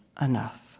enough